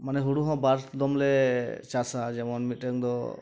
ᱢᱟᱱᱮ ᱦᱳᱲᱳ ᱦᱚᱸ ᱵᱟᱨ ᱫᱚᱢ ᱞᱮ ᱪᱟᱥᱟ ᱡᱮᱢᱚᱱ ᱢᱤᱫᱴᱮᱱ ᱫᱚ